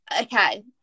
Okay